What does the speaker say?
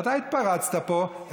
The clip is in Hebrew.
ואתה התפרצת פה,